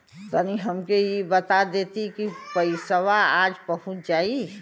तनि हमके इ बता देती की पइसवा आज पहुँच जाई?